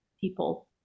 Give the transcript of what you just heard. people